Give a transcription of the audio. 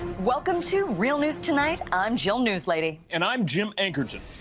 welcome to real news tonights, i'm jill news lady. and i'm jim anchorton.